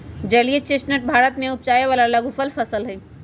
जलीय चेस्टनट भारत में उपजावे वाला लघुफल फसल हई